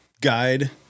guide